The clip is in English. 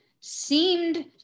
seemed